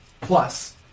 plus